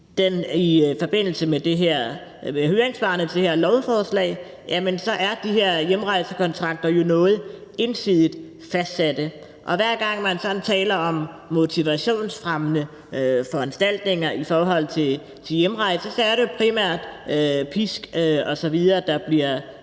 til det her lovforslag, er de her hjemrejsekontrakter jo noget ensidigt fastsat. Hver gang man sådan taler om motivationsfremmende foranstaltninger i forhold til hjemrejse, er det jo primært pisk osv., der bliver